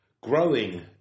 growing